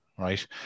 Right